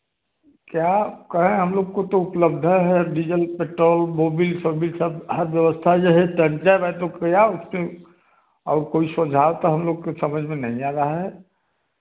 क्या कहे हम लोग को तो उपलब्ध है डीजल पेट्रोल मोबिल सोबिल सब हर व्यवस्था यह है टन टन है तो क्या उसपर और कोई सुझाव तो हम लोग के समझ में नहीं आ रहा है